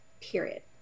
period